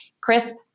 crisp